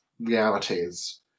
realities